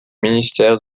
ministère